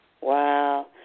Wow